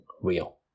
real